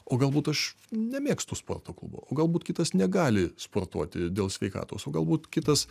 o galbūt aš nemėgstu sporto klubo o galbūt kitas negali sportuoti dėl sveikatos o galbūt kitas